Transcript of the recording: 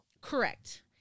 Correct